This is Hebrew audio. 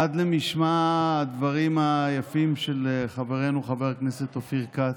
עד למשמע הדברים היפים של חברנו חבר הכנסת אופיר כץ.